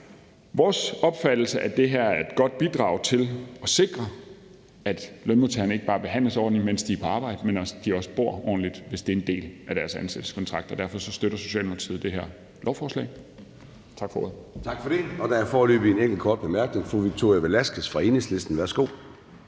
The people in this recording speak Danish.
vores opfattelse, det her er et godt bidrag til at sikre, at lønmodtagerne ikke bare behandles ordentligt, mens de er på arbejde, men at de også bor ordentligt, hvis det er en del er deres ansættelseskontrakt, og derfor støtter Socialdemokratiet det her lovforslag. Tak for ordet.